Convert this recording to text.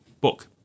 book